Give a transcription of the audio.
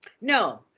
No